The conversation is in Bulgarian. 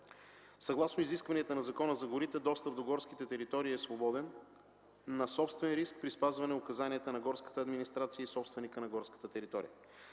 Съгласно изискванията на Закона за горите, достъпът до горските територии е свободен на собствен риск при спазване указанията на горската администрация и собственика на горската територия.